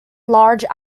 large